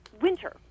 Winter